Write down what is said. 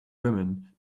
women